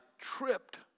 tripped